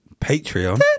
Patreon